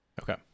Okay